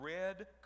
red